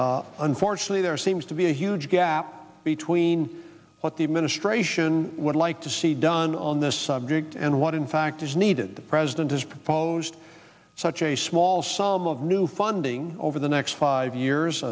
list unfortunately there seems to be a huge gap between what the administration would like to see done on the subject and what in fact is needed the president has proposed such a small sum of new funding over the next five years